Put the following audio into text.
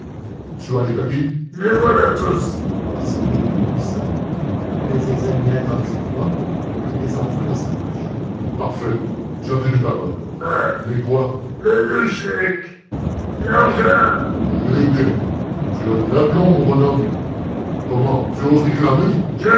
tu as les papiers les voilà tous daspry les compulsa les examina attentivement et les enfouit dans sa poche parfait tu as tenu parole mais mais quoi les deux chèques l'argent eh bien tu as de l'aplomb mon bonhomme comment tu oses réclamer